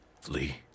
Flee